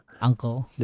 uncle